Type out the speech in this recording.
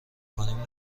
کنیم